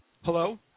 hello